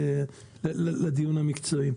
ניכנס לדיון המקצועי.